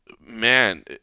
Man